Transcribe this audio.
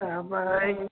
তাৰ পাই